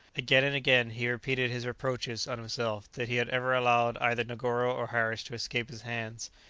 again and again he repeated his reproaches on himself that he had ever allowed either negoro or harris to escape his hands.